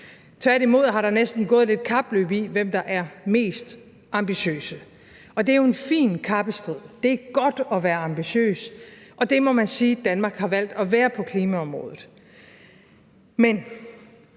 Tværtimod har der næsten været et kapløb om, hvem der er mest ambitiøs. Og det er jo en fin kappestrid. Det er godt at være ambitiøs, og det må man sige at Danmark har valgt at være på klimaområdet. Men